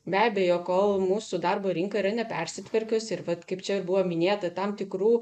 be abejo kol mūsų darbo rinka yra nepersitvarkius ir vat kaip čia ir buvo minėta tam tikrų